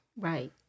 right